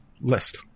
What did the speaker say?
list